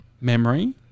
memory